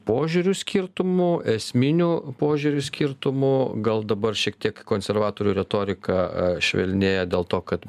požiūrių skirtumų esminių požiūrių skirtumų gal dabar šiek tiek konservatorių retorika a švelnėja dėl to kad